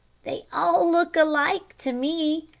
they all look alike to me,